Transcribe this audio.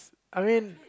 I mean